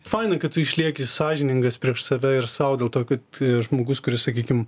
faina kad tu išlieki sąžiningas prieš save ir sau dėl to kad žmogus kuris sakykim